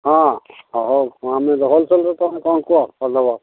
ହଁ ହଁ ହଉ ଆମେ ତ ହୋଲସଲରେ ତୁମେ କ'ଣ କୁହ କରିଦେବ